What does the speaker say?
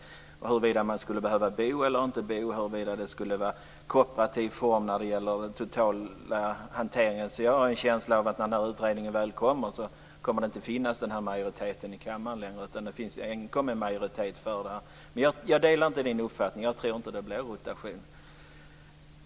Det gällde huruvida man skall bo eller inte bo och huruvida det skall vara kooperativ form i den totala hanteringen. Jag har en känsla av att när utredningen väl läggs fram kommer denna majoritet inte att finnas i kammaren längre. Jag delar inte Ulla-Britt Hagströms uppfattning. Det kommer inte att bli rotation.